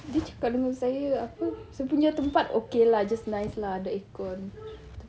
dia cakap dengan saya apa saya punya tempat okay lah just nice lah the aircon